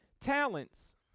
Talents